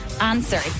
answer